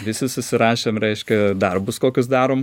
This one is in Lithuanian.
visi susirašėm reiškia darbus kokius darom